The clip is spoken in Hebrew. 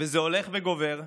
וזה הולך וגובר,